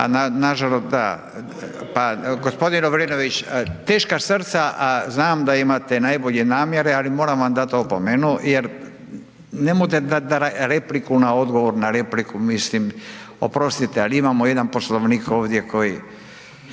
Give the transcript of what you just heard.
Nažalost da. Gospodin Lovrinović, teška srca, a znam da imate najbolje namjere ali moram vam dati opomenu jer ne možete dati repliku na odgovor na repliku, mislim oprostite ali imamo jedan Poslovnik ovdje koji